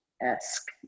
Esque